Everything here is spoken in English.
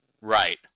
right